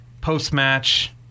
post-match